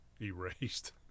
erased